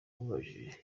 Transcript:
amubajije